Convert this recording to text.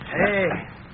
hey